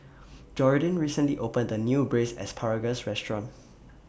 Jordyn recently opened A New Braised Asparagus Restaurant